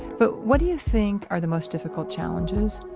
but what do you think are the most difficult challenges?